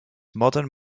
modern